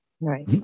Right